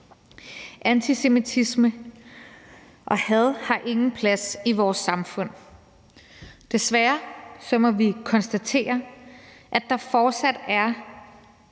Antisemitisme og had har ingen plads i vores samfund. Desværre må vi konstatere, at det fortsat er